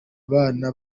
bana